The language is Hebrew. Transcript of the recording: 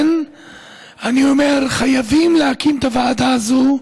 אני אומר שחייבים להקים את הוועדה הזו,